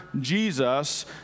Jesus